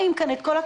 אני שואלת,